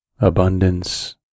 abundance